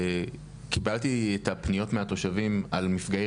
כשקיבלתי את הפניות מהתושבים על מפגעי